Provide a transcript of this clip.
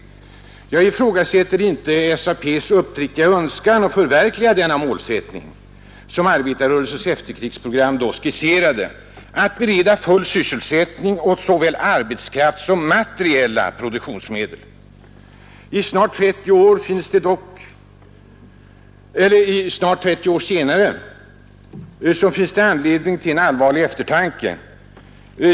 Jag ifrågasätter inte SAP:s uppriktiga önskan att förverkliga de mål som arbetarrörelsens efterkrigsprogram skisserade, att bereda full sysselsättning åt såväl arbetskraft som materiella produktionsmedel. I dag, snart 30 år senare, finns det dock anledning till allvarlig eftertanke.